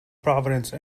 providence